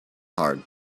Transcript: hard